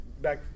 back